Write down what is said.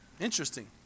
Interesting